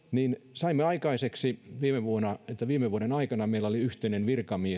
saimme aikaiseksi että viime vuoden aikana saatiin yhteinen virkamies